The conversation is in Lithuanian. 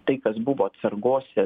tai kas buvo atsargose